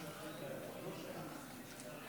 סליחה,